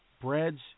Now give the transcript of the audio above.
breads